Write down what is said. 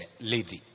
lady